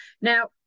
now